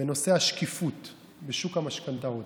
בנושא השקיפות בשוק המשכנתאות.